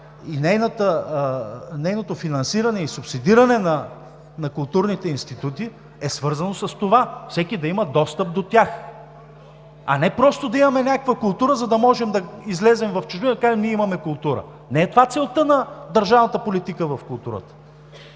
и нейното финансиране и субсидиране на културните институти е свързано с това – всеки да има достъп до тях, а не просто да имаме някаква култура, за да можем да излезем в чужбина и да кажем: „Ние имаме култура!“. Не е това целта на държавната политика в културата.